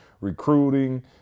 recruiting